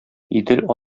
идел